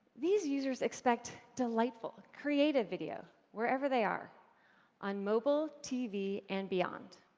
these users expect delightful, creative video wherever they are on mobile, tv, and beyond.